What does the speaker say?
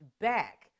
back